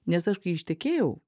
nes aš kai ištekėjau